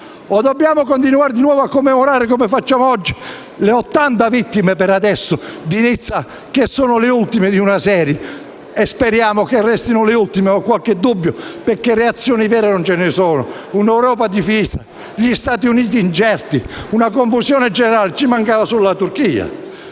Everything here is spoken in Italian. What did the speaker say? O dobbiamo continuare a commemorare - come facciamo oggi - le 84 vittime (per adesso) di Nizza, che sono le ultime di una serie? E speriamo che restino le ultime, ma ho qualche dubbio, perché reazioni vere non ce ne sono. Un'Europa divisa, gli Stati Uniti incerti, è una confusione generale; ci mancava solo la Turchia